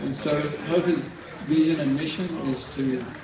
and so, hofa's vision and mission. is to,